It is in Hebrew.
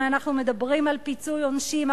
אם אנחנו מדברים על פיצוי עונשין,